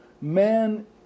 man